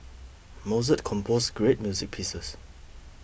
Mozart composed great music pieces